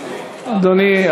אדוני,